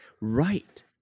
Right